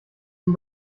zum